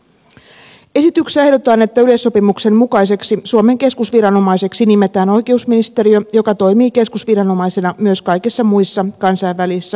esityksessä ehdotetaan että yleissopimuksen mukaiseksi suomen keskusviranomaiseksi nimetään oikeusministeriö joka toimii keskusviranomaisena myös kaikissa muissa kansainvälisissä elatusapuasioissa